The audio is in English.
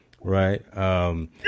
right